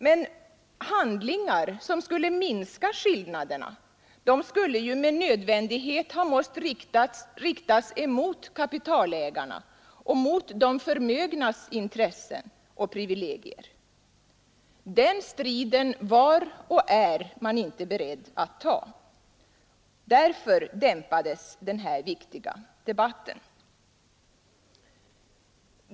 Men handlingar som skulle ha minskat skillnaderna måste med nödvändighet ha riktats mot kapitalägarnas samt de förmögnas intressen och privilegier. Den striden var och är man inte beredd att ta. Därför dämpades denna viktiga debatt.